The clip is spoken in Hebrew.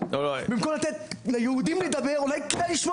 במקום לתת ליהודים לדבר אולי כדאי לשמוע